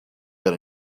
got